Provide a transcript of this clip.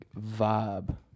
vibe